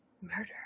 murder